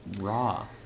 Raw